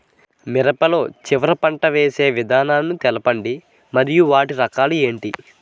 మిరప లో చివర పంట వేసి విధానాలను తెలపండి మరియు వాటి రకాలు ఏంటి